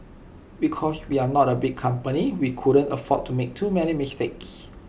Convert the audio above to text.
because we are not A big company we couldn't afford to make too many mistakes